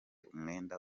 umwenda